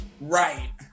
Right